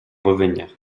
revenir